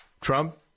Trump